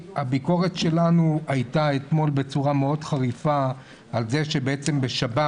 הביקורת שלנו הייתה אתמול בצורה מאוד חריפה על זה שבעצם בשבת,